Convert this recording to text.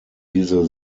diese